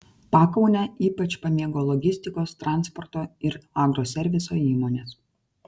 pakaunę ypač pamėgo logistikos transporto ir agroserviso įmonės